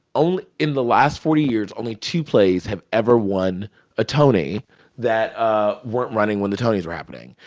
only in the last forty years, only two plays have ever won a tony that ah weren't running when the tonys were happening.